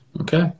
Okay